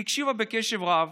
היא הקשיבה בקשב רב